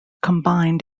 combined